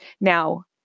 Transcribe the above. Now